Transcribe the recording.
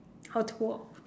how to walk